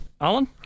Alan